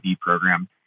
program